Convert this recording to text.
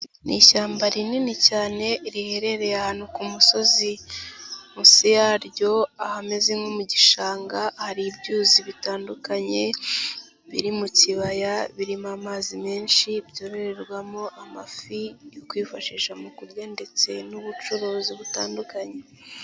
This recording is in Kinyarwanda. Ni ishyamba rinini cyane riherereye ahantu ku musozi, munsi yaryo ahameze nko mu gishanga hari ibyuzi bitandukanye biri mu kibaya birimo amazi menshi byororerwamo amafi yo kwifashisha mu kurya ndetse n'ubucuruzi butandukanye.